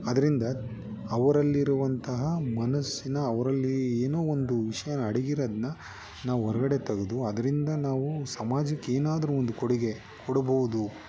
ಅದರಿಂದ ಅವರಲ್ಲಿರುವಂತಹ ಮನಸ್ಸಿನ ಅವರಲ್ಲಿ ಏನೋ ಒಂದು ವಿಷಯನ ಅಡಗಿರೋದನ್ನ ನಾವು ಹೊರಗಡೆ ತೆಗ್ದು ಅದರಿಂದ ನಾವು ಸಮಾಜಕ್ಕೆ ಏನಾದರೂ ಒಂದು ಕೊಡುಗೆ ಕೊಡ್ಬೋದು